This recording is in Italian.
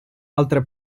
altre